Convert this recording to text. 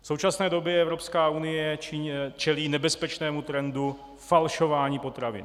V současné době Evropská unie čelí nebezpečnému trendu falšování potravin.